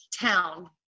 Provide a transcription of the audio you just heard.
town